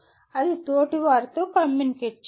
అది తోటివారితో కమ్యూనికేట్ చేయడం